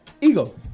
Ego